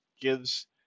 gives